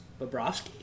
Bobrovsky